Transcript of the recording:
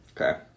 Okay